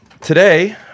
today